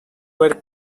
were